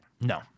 No